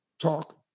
talk